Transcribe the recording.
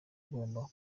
agomba